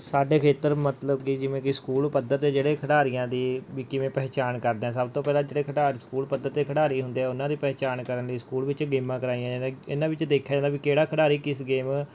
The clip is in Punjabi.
ਸਾਡੇ ਖੇਤਰ ਮਤਲਬ ਕਿ ਜਿਵੇਂ ਕਿ ਸਕੂਲ ਪੱਧਰ 'ਤੇ ਜਿਹੜੇ ਖਿਡਾਰੀਆਂ ਦੀ ਵੀ ਕਿਵੇਂ ਪਹਿਚਾਣ ਕਰਦੇ ਹਾਂ ਸਭ ਤੋਂ ਪਹਿਲਾਂ ਜਿਹੜੇ ਖਿਡਾਰੀ ਸਕੂਲ ਪੱਧਰ 'ਤੇ ਖਿਡਾਰੀ ਹੁੰਦੇ ਆ ਉਹਨਾਂ ਦੀ ਪਹਿਚਾਣ ਕਰਨ ਲਈ ਸਕੂਲ ਵਿੱਚ ਗੇਮਾਂ ਕਰਵਾਈਆਂ ਜਾਂਦੀਆਂ ਇਹਨਾਂ ਵਿੱਚ ਦੇਖਿਆ ਜਾਂਦਾ ਵੀ ਕਿਹੜਾ ਖਿਡਾਰੀ ਕਿਸ ਗੇਮ